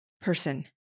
person